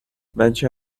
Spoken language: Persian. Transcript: بچه